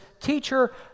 teacher